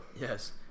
Yes